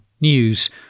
News